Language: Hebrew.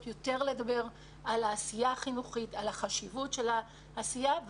יותר ולדבר יותר על העשייה החינוכית ועל החשיבות של העשייה.